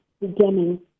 beginning